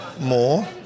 more